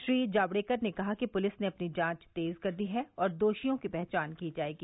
श्री जावडेकर ने कहा कि पुलिस ने अपनी जांच तेज कर दी है और दोषियों की पहचान की जाएगी